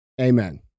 Amen